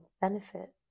benefit